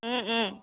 ও ও